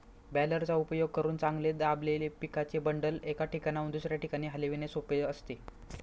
बॅलरचा उपयोग करून चांगले दाबलेले पिकाचे बंडल, एका ठिकाणाहून दुसऱ्या ठिकाणी हलविणे सोपे असते